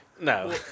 No